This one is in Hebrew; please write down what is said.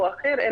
או אחר.